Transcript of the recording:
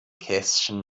kästchen